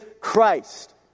Christ